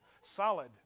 solid